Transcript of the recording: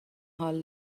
حال